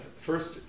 first